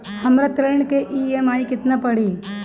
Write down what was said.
हमर ऋण के ई.एम.आई केतना पड़ी?